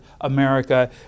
America